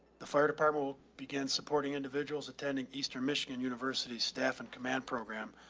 the fire department will begin supporting individuals attending eastern michigan university staff and command program,